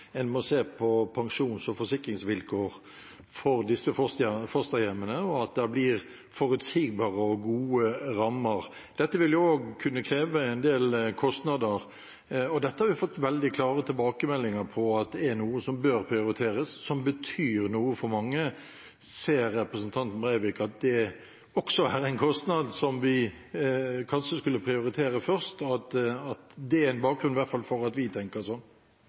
en av de tingene man har samlet seg om, er at man må se på pensjons- og forsikringsvilkår for disse fosterhjemmene, og at det blir forutsigbare og gode rammer. Dette vil også kunne kreve en del kostnader. Dette har vi fått veldig klare tilbakemeldinger på at er noe som bør prioriteres, som betyr noe for mange. Ser representanten Breivik at det også er en kostnad som vi kanskje skulle prioritere først? Det er i hvert fall en bakgrunn for at vi tenker